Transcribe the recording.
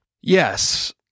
Yes